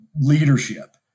leadership